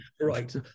right